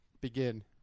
Begin